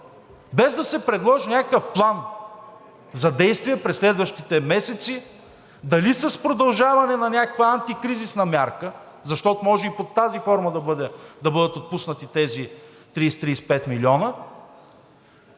Без да се предложи някакъв план за действие през следващите месеци – дали с продължаване на някаква антикризисна мярка, защото може и под тази форма да бъдат отпуснати тези 30 – 35 милиона,